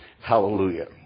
hallelujah